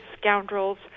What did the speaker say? scoundrels